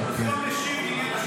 הצבאי.